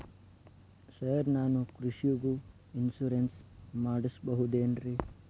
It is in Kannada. ಸರ್ ನಾನು ಕೃಷಿಗೂ ಇನ್ಶೂರೆನ್ಸ್ ಮಾಡಸಬಹುದೇನ್ರಿ?